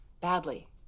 badly